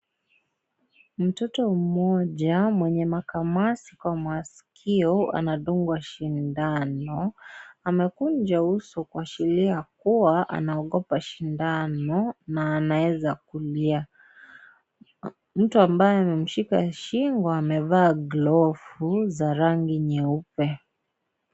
Mtoto mmoja mwenye makamasi kwa masikio anadungwa sindano amekunja uso kuashiria kuwa anaogopa sindano na anaeza kulia. Mtu ambaye amemshika shingo amevaa glovu za rangi nyeupe.